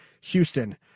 Houston